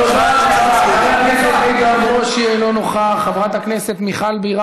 לכו לבחירות, ואל תעמידו את המשילות הזאת בסכנה.